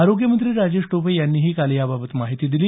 आरोग्य मंत्री राजेश टोपे यांनीही काल याबाबत माहिती दिली